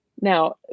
now